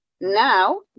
Now